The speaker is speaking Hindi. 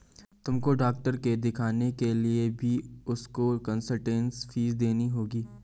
तुमको डॉक्टर के दिखाने के लिए भी उनको कंसलटेन्स फीस देनी होगी